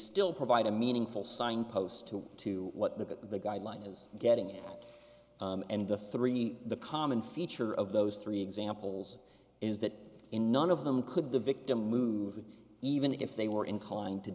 still provide a meaningful signpost to to what the guideline is getting at and the three the common feature of those three examples is that in none of them could the victim move even if they were inclined to